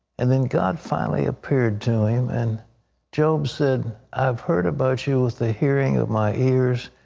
and then god finally appeared to him. and job said, i've heard about you with the hearing of my ears,